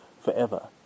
forever